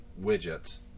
widgets